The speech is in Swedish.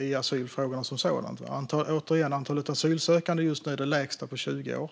i asylfrågan som sådan. Återigen: Antalet asylsökande är just nu det lägsta på 20 år.